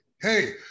hey